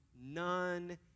none